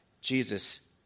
Jesus